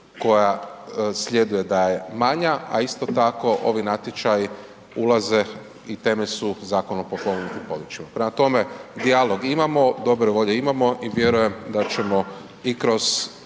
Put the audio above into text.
koja sljeduje da je manja a isto tako ovi natječaji ulaze i temelj su Zakon o potpomognutim područjima. Prema tome, dijalog imamo, dobre volje imamo i vjerujem da ćemo i kroz